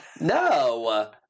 no